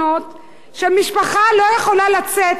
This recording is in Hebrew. שמשפחה לא יכולה לצאת, לנפוש?